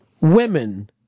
women